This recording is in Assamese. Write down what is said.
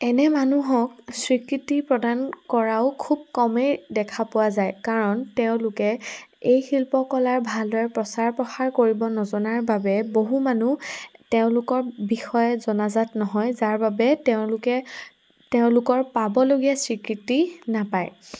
এনে মানুহক স্বীকৃতি প্ৰদান কৰাও খুব কমেই দেখা পোৱা যায় কাৰণ তেওঁলোকে এই শিল্পকলাৰ ভালদৰে প্ৰচাৰ প্ৰসাৰ কৰিব নজনাৰ বাবে বহু মানুহ তেওঁলোকৰ বিষয়ে জনাজাত নহয় যাৰ বাবে তেওঁলোকে তেওঁলোকৰ পাবলগীয়া স্বীকৃতি নাপায়